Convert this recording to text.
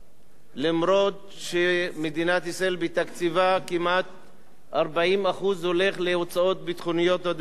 אפילו שמדינת ישראל, כמעט 40% מתקציבה